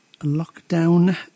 lockdown